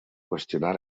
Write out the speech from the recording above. qüestionar